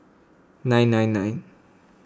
nine nine nine